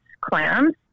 clams